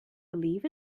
believe